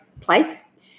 place